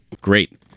Great